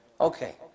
Okay